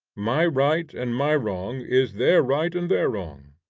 my right and my wrong is their right and their wrong.